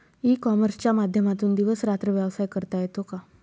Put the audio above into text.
E कॉमर्सच्या माध्यमातून दिवस रात्र व्यवसाय करता येतो का?